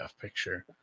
picture